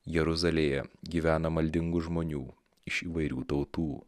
jeruzalėje gyvena maldingų žmonių iš įvairių tautų